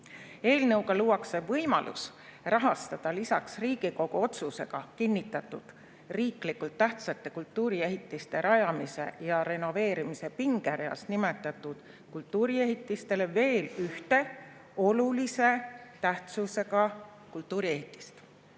Eelnõuga luuakse võimalus rahastada lisaks Riigikogu otsusega kinnitatud riiklikult tähtsate kultuuriehitiste rajamise ja renoveerimise pingereas nimetatud kultuuriehitistele veel ühte olulise tähtsusega kultuuriehitist.